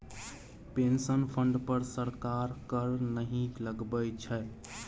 pension fund पर सरकार कर नहि लगबै छै